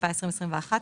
התשפ"א 2021 בטלות.